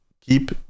keep